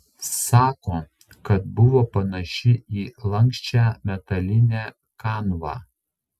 sako kad buvo panaši į lanksčią metalinę kanvą